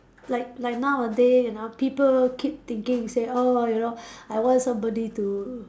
like like nowadays you know people keep thinking oh you know I want somebody to